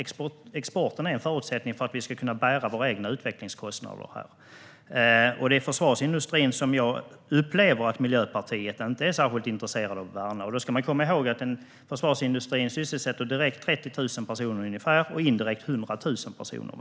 Exporten är en förutsättning för att vi ska kunna bära våra egna utvecklingskostnader. Jag upplever det som att Miljöpartiet inte är särskilt intresserat av att värna den. Försvarsindustrin sysselsätter direkt 30 000 personer och indirekt 100 000 personer.